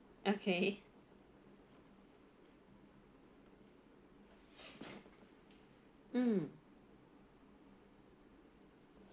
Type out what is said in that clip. okay mm